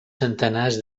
centenars